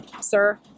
sir